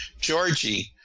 Georgie